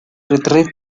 retreat